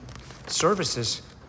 services